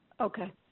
Okay